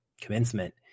commencement